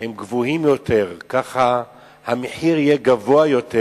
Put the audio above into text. הם גבוהים יותר, ככה המחיר יהיה גבוה יותר,